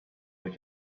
what